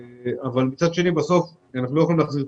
אבל מצד שני אנחנו לא יכולים להחזיר את